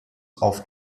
auf